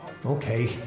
Okay